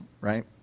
right